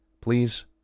Please